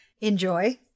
Enjoy